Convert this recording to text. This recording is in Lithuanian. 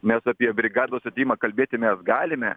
mes apie brigados atėjimą kalbėti mes galime